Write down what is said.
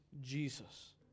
Jesus